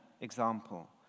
example